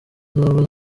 zaba